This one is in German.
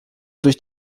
durch